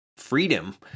freedom